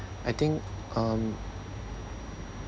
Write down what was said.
I think um